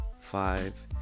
Five